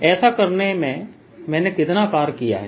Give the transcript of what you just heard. ऐसा करने में मैंने कितना कार्य किया है